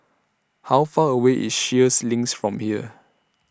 How Far away IS Sheares Links from here